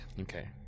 Okay